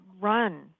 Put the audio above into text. run